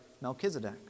Melchizedek